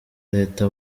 leta